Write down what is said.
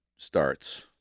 starts